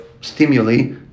stimuli